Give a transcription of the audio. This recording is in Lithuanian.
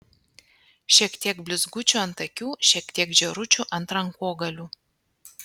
šiek tiek blizgučių ant akių šiek tiek žėručių ant rankogalių